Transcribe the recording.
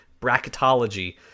bracketology